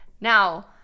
Now